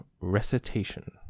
recitation